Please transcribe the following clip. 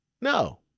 No